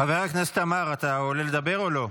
חבר הכנסת עמאר, אתה עולה לדבר או לא?